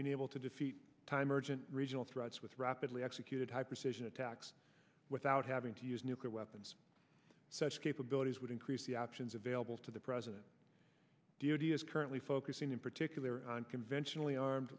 being able to defeat time urgent regional threats with rapidly executed high precision attacks without having to use nuclear weapons such capabilities would increase the options available to the president d o d s currently focusing in particular on conventionally armed